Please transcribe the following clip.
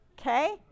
okay